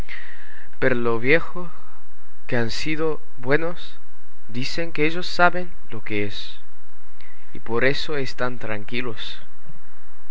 pero los viejos que han sido buenos dicen que ellos saben lo que es y por eso están tranquilos